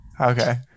Okay